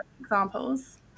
examples